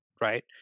right